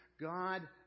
God